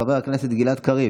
חבר הכנסת גלעד קריב,